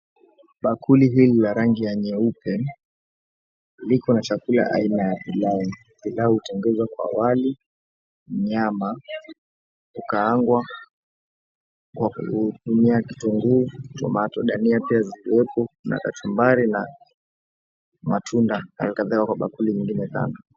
Bakuli hii la rangi ya nyeupe likona pilau. Pilau imetengenezwa kwa wali, nyama, kukaangwa kwa kutumia kitunguu, tomato, dhania pia zikiwepo na kachumbari na matunda kwenye bakuli nyingine ndani.